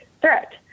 threat